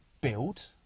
build